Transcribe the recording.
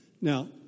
Now